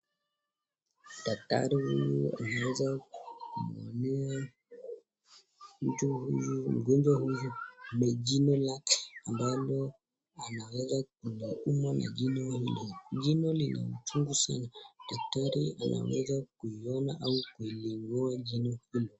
Daktari huyu anaweza kuhudumia mtu huyu, mgonjwa huyu ni jino lake ambalo anaweza kuangaliwa jino lile, jino lina uchungu sana daktari anaweza kukiona au kuling'oa jino hili.